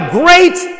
great